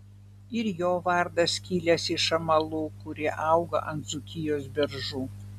ir jo vardas kilęs iš amalų kurie auga ant dzūkijos beržų